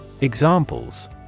Examples